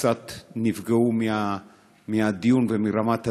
וקצת נפגעו מהדיון ומרמת הדיון.